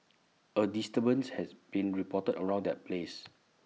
A disturbance has been reported around that place